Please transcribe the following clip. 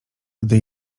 gdy